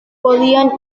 podían